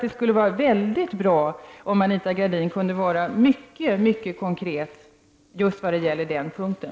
Det skulle vara bra om Anita Gradin kunde vara mycket konkret just på den punkten.